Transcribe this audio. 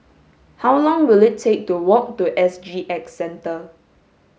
how long will it take to walk to S G X Centre